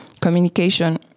Communication